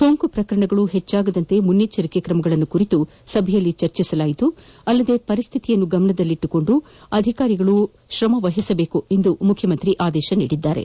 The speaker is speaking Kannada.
ಸೋಂಕು ಪ್ರಕರಣಗಳು ಹೆಚ್ಚದಂತೆ ಮುನ್ನೆಚ್ಚರಿಕಾ ಕ್ರಮಗಳ ಕುರಿತು ಸಭೆಯಲ್ಲಿ ಚರ್ಚಿಸಲಾಯಿತಲ್ಲದೆ ಪರಿಸ್ಥಿತಿ ಗಮನದಲ್ಲಿಟ್ಟುಕೊಂಡು ಅಧಿಕಾರಿಗಳು ಶ್ರಮವಹಿಸಬೇಕು ಎಂದು ಮುಖ್ಯಮಂತ್ರಿ ಆದೇಶಿಸಿದರು